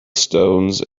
stones